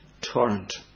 torrent